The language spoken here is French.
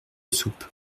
soupe